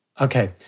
Okay